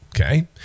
Okay